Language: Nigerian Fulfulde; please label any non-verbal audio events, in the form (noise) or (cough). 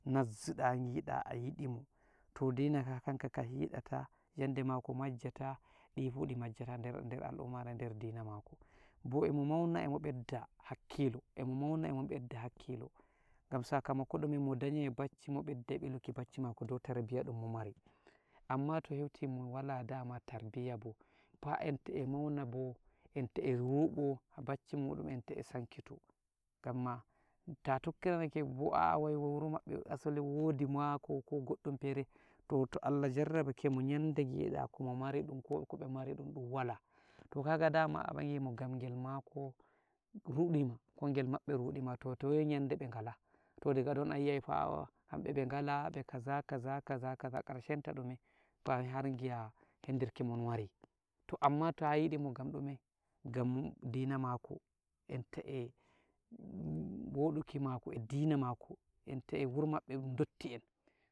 Nazzuɗa ngiɗa ayiɗimo, toh dinaka kanka ka hiɗata, jande mako majjata, ɗi fuh ɗi der al'ummare, der dina mako, bo emo mauna emo beɗɗa hakkilo, gam sakamako ɗume, mo danyai bacci, mo beddai biluku bacci mako dou tarbiyya ɗum mo mari, amma to heuti mo wala, dama tarbiyya bo, pa entae mauna bo, enta e ruɗo, bacci muɗum enta e sankito, gamma ta tokkira nake boaa, wuro maɗɗe asali wodi mako, ko goɗɗum pere, toh to Allah jarrabake mo, nyande ngiɗa komo mariɗum, ko kobe mari ɗum, ɗum wala, to koga dama a ɓangi mo gangel mako ruɗima, ko ngel maɓɓe riɗima toh toye nyande be ngala, to diga ɗon ayi'ai fah, hamɓe be ngala, be kaa-kaza, kaza-kaza, karshenta ɗume, har ngi'a heddirki mon wari, to amma ta yiɗimo gam ɗume, gam dina makoo, enta e (hesitation) woɗuki mako, e dina mako enta e wuro maɓɓe ɗun dotti'en.